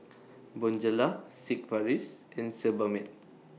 Bonjela Sigvaris and Sebamed